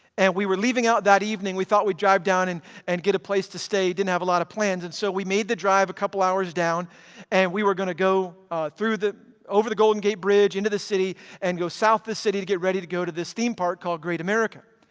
and we were leaving out that evening. we thought we'd drive down and and get a place to stay. didn't have a lot of plans, and so we made the drive a couple hours down and we were going to go through the over the golden gate bridge, into the city, and go south this city to get ready to go to this theme park called great america.